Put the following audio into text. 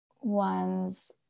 ones